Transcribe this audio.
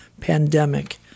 Pandemic